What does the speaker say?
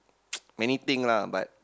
many thing lah but